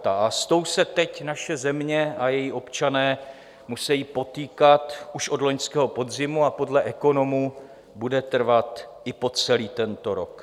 A s tou se teď naše země a její občané musejí potýkat už od loňského podzimu a podle ekonomů bude trvat i po celý tento rok.